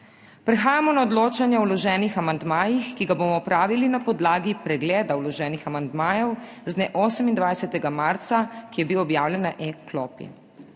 Prehajamo na odločanje o vloženih amandmajih, ki ga bomo opravili na podlagi pregleda vloženih amandmajev z dne 28. marca, ki je bil objavljen na e-klopi.